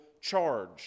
charge